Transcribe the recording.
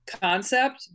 concept